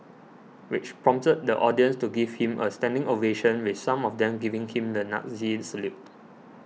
which prompted the audience to give him a standing ovation with some of them giving him the Nazi salute